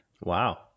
wow